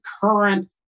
current